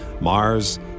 Mars